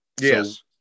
Yes